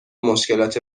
مشکلات